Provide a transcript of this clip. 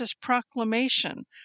proclamation